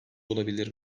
olabilir